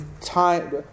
time